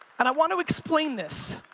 and i want to explain this.